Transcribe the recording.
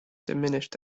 diminished